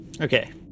Okay